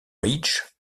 ridge